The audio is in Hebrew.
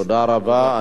תודה רבה.